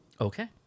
Okay